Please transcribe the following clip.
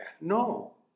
No